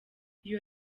iyo